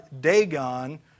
Dagon